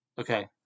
okay